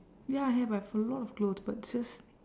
ya I have I have a lot of clothes but it's just